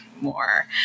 more